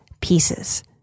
pieces